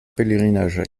pèlerinage